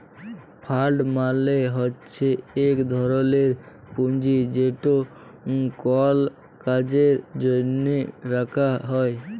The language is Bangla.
ফাল্ড মালে হছে ইক ধরলের পুঁজি যেট কল কাজের জ্যনহে রাখা হ্যয়